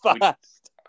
fast